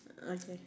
okay